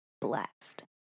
blast